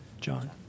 John